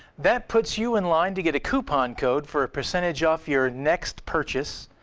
that puts you in line to get a coupon code for a percentage off your next purchase.